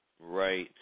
Right